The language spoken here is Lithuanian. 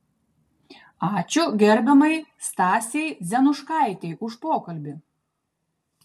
ačiū gerbiamai stasei dzenuškaitei už pokalbį